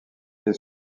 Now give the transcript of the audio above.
est